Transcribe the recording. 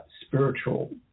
spiritual